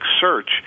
search